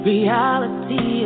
Reality